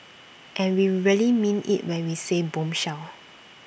and we really mean IT when we said bombshell